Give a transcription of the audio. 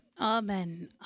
amen